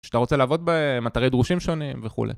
שאתה רוצה לעבוד בהם, אתרי דרושים שונים, וכו'.